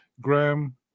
Graham